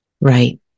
right